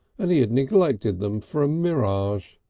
and he had neglected them for a mirage.